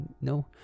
no